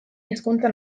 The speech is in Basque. hizkuntza